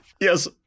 Yes